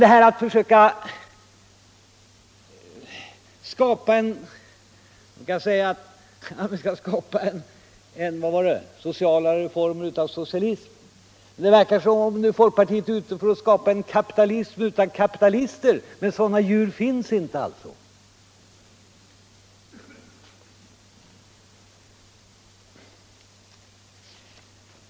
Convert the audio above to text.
Men herr Ahlmark talar om att skapa sociala reformer utan socialism. Det verkar som om folkpartiet är ute för att skapa en kapitalism utan kapitalister — men sådana djur finns inte alltså!